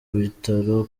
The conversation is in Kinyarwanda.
bitaro